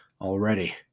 already